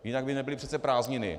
Jinak by nebyly přece prázdniny.